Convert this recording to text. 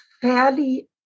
fairly